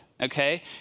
okay